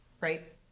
right